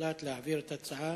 הוחלט להעביר את ההצעה